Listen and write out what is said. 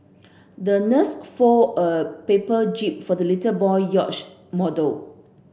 the nurse folded a paper jib for the little boy yacht model